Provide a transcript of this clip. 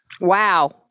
Wow